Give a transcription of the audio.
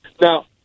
now